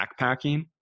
backpacking